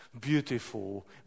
beautiful